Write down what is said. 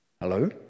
hello